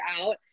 out